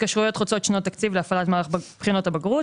התקשרויות עבור מתן שירותי עזר לתלמידי המגזר הבדואי